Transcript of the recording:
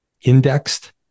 indexed